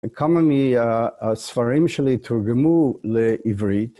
כמה מ-א-הספרים שלי תורגמו, לעברית.